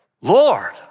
Lord